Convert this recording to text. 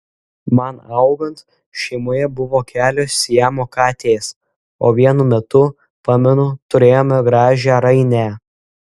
man augant šeimoje buvo kelios siamo katės o vienu metu pamenu turėjome gražią rainę